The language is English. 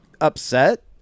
upset